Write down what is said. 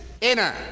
inner